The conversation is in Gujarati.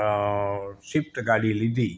અ સિફ્ટ ગાડી લીધી